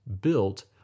built